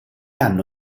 hanno